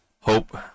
hope